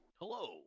hello